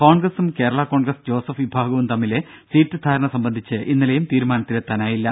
കോൺഗ്രസും കേരള കോൺഗ്രസ് ജോസഫ് വിഭാഗവും തമ്മിലെ സീറ്റ് ധാരണ സംബന്ധിച്ച് ഇന്നലെയും തീരുമാനത്തിൽ എത്താനായില്ല